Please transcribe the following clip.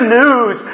news